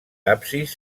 absis